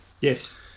Yes